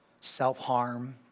self-harm